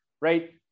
Right